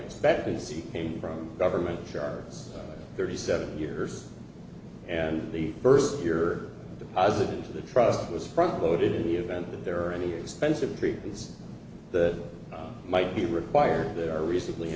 expectancy came from government charts thirty seven years and the first year deposit into the trust was front loaded in the event that there are any expensive treatments the might be required there recently